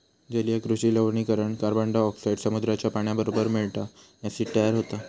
जलीय कृषि लवणीकरण कार्बनडायॉक्साईड समुद्राच्या पाण्याबरोबर मिळता, ॲसिड तयार होता